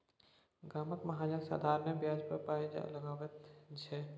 गामक महाजन साधारणे ब्याज पर पाय लगाबैत छै